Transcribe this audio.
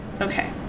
Okay